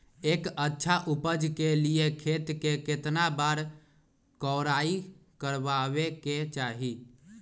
एक अच्छा उपज के लिए खेत के केतना बार कओराई करबआबे के चाहि?